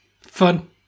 fun